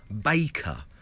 Baker